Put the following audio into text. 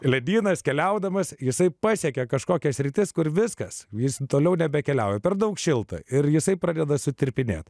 ledynas keliaudamas jisai pasiekė kažkokias sritis kur viskas jis toliau nebekeliauja per daug šilta ir jisai pradeda sutirpinėt